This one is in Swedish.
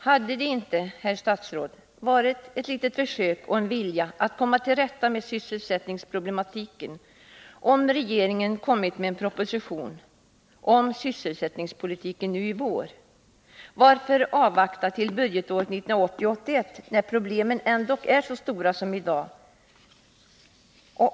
Hade det inte, herr statsråd, varit ett litet försök, en vilja att komma till rätta med sysselsättningsproblematiken om regeringen lagt fram en proposition om sysselsättningspolitiken nu i vår? Varför avvakta till budgetåret 1980/81, när problemen ändå är så stora som de är i dag?